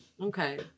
Okay